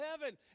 heaven